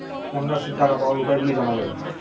কন্যাশ্রীর টাকা পাওয়ার উপায়গুলি জানাবেন?